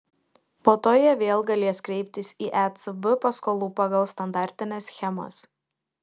po to jie vėl galės kreiptis į ecb paskolų pagal standartines schemas